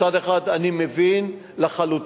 מצד אחד אני מבין לחלוטין,